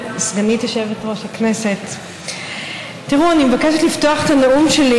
10942. חברת הכנסת יעל כהן-פארן,